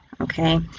okay